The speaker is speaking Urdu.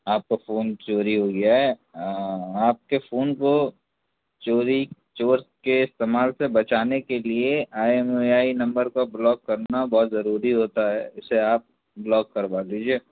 آپ کا فون چوری ہوگیا ہے آپ کے فون کو چوری چور کے استعمال سے بچانے کے لیے I M E I number کو بلاک کرنا بہت ضروری ہوتا ہے اِسے آپ بلاک کروا دیجیے